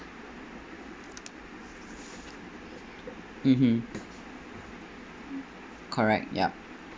mmhmm correct ya